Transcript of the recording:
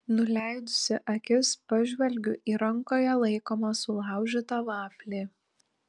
nuleidusi akis pažvelgiu į rankoje laikomą sulaužytą vaflį